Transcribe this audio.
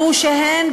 גרושיהן,